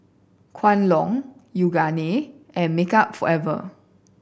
Kwan Loong Yoogane and Makeup Forever